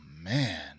man